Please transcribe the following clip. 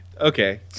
Okay